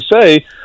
say